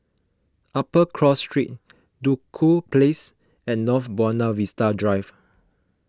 Upper Cross Street Duku Place and North Buona Vista Drive